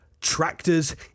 tractors